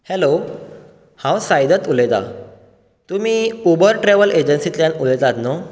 hello हांव साइदत्त उलयतां तुमी उबर ट्रेवल एजंसिंतल्यान उलयतात नू